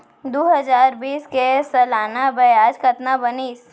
दू हजार बीस के सालाना ब्याज कतना बनिस?